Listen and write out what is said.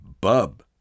Bub